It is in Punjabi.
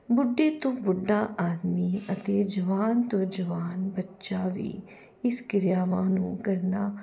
ਬੁੱਢੇ ਤੋਂ ਬੁੱਢਾ ਆਦਮੀ ਅਤੇ ਜਵਾਨ ਤੋਂ ਜਵਾਨ ਬੱਚਾ ਵੀ ਇਸ ਕਿਰਿਆਵਾਂ ਨੂੰ ਕਰਨਾ